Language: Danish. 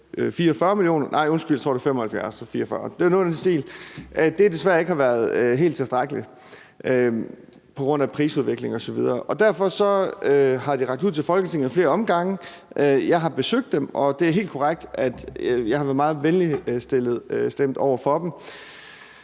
stil – desværre ikke har været helt tilstrækkeligt på grund af prisudvikling osv. Derfor har de rakt ud til Folketinget ad flere omgange. Jeg har besøgt dem, og det er helt korrekt, at jeg har været meget venligt stemt over for dem.